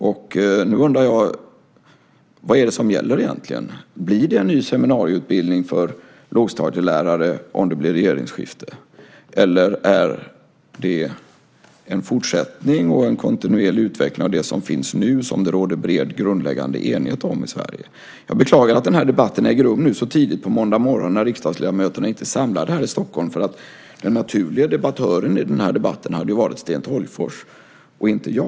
Därför undrar jag: Vad är det som gäller egentligen? Blir det en ny seminarieutbildning för lågstadielärare om det bli regeringsskifte, eller blir det en fortsättning och en kontinuerlig utveckling av det som finns nu och som det råder bred grundläggande enighet om i Sverige? Jag beklagar att debatten äger rum så tidigt på måndag morgon, när riksdagsledamöterna inte är samlade i Stockholm. Den naturliga debattören i denna debatt hade ju varit Sten Tolgfors, inte jag.